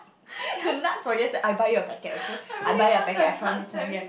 the nuts from yes~ I buy you a packet okay I buy you a packet I promise ya here